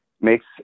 makes